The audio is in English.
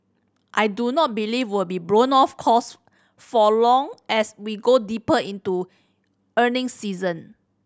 I do not believe will be blown off course for long as we go deeper into earnings season